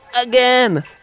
Again